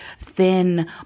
thin